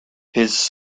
his